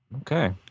Okay